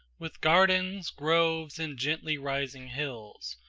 with gardens, groves and gently rising hills,